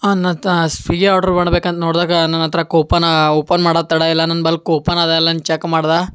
ಅನತ Swiggy order ಮಾಡ್ಬೇಕಂತ ನೋಡಿದಾಗ ನನ್ನ ಹತ್ರ ಕೂಪನಾ ಓಪನ್ ಮಾಡೋದು ತಡಯಿಲ್ಲ ನನ್ಬಳಿ ಕೂಪನ್ ಅದ ಇಲ್ಲಂತ ಚಕ್ ಮಾಡ್ದೆ